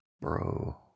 Bro